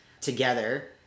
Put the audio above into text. together